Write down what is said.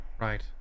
right